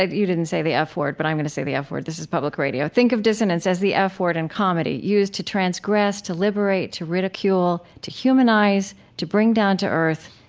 ah you didn't say the ah f-word, but i'm going to say the f-word. this is public radio. think of dissonance as the ah f-word in comedy used to transgress, to liberate, to ridicule, to humanize, to bring down to earth,